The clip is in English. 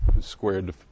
squared